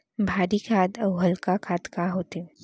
भारी खाद अऊ हल्का खाद का होथे?